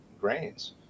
grains